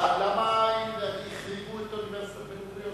למה החריגו את אוניברסיטת בן-גוריון?